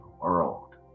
world